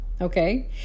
Okay